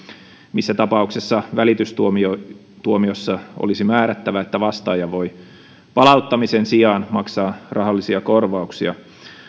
missä tapauksessa välitystuomiossa olisi määrättävä että vastaaja voi palauttamisen sijaan maksaa rahallisia korvauksia